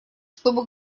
чтобы